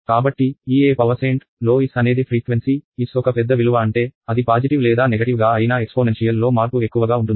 కాబట్టి ఈ e st లో S అనేది ఫ్రీక్వెన్సీ s ఒక పెద్ద విలువ అంటే అది పాజిటివ్ లేదా నెగటివ్ గా అయినా ఎక్స్పోనెన్షియల్ లో మార్పు ఎక్కువగా ఉంటుంది